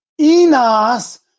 Enos